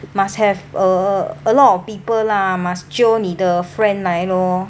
must have uh a lot of people lah must jio 你的 friend 来 lor